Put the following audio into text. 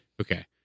Okay